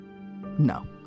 No